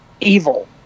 evil